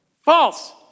False